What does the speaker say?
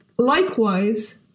Likewise